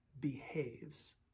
behaves